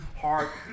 heart